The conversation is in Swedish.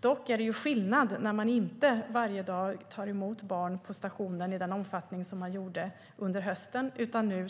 Dock gör det skillnad när man inte varje dag tar emot barn på stationen i samma omfattning som under hösten. Jag åker dagligen